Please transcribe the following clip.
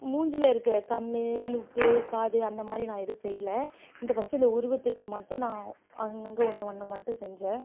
மூஞ்சியில் இருக்கற கண்ணு மூக்கு காது அந்தமாதிரி நான் எதுவும் செய்யலை இந்த ஃபஸ்ட்டு இந்த உருவத்துக்கு மட்டும் அங்கங்கே ஒன்று ஒன்று மட்டும் செஞ்சேன்